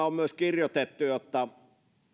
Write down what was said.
on myös kirjoitettu että